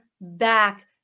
back